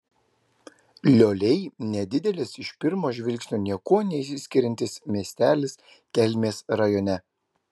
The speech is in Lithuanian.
lioliai nedidelis iš pirmo žvilgsnio niekuo neišsiskiriantis miestelis kelmės rajone